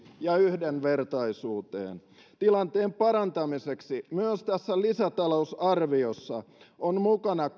ja yhdenvertaisuuteen tilanteen parantamiseksi myös tässä lisätalousarviossa on mukana